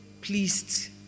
pleased